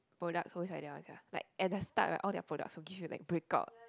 products always like that one sia like at the start right all their products will give you like breakouts